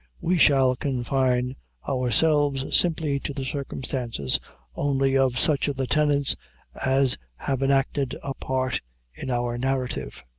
we shall confine ourselves simply to the circumstances only of such of the tenants as have enacted a part in our narrative.